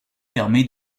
permet